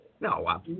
No